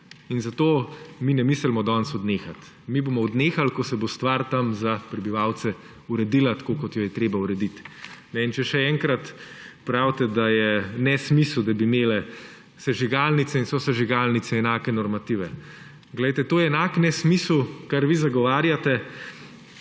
in zato mi ne mislimo danes odnehati. Mi bomo odnehali, ko se bo stvar tam za prebivalce uredila tako, kot jo je treba urediti. Še enkrat; pravite, da je nesmisel, da bi imele sežigalnice in sosežigalnice enake normative. Glejte, to je enak nesmisel, kar vi zagovarjate,